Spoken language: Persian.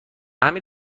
همین